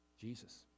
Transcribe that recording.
Jesus